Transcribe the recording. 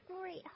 great